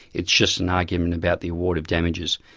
it's just an argument about the award of damages.